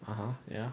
(uh huh) ya